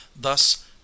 Thus